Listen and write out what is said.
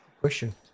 Question